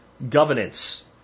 governance